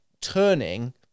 turning